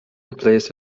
replaced